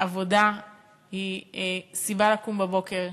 עבודה היא סיבה לקום בבוקר,